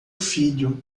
filho